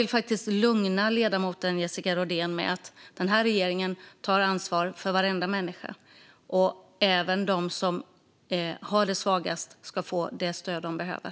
Låt mig lugna ledamoten Jessica Rodén med att regeringen tar ansvar för varenda människa och att även de som är svagast ska få det stöd de behöver.